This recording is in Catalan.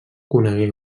conegué